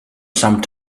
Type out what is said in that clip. some